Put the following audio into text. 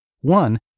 One